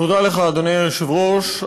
היושב-ראש.